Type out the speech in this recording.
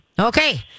okay